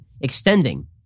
extending